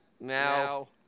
now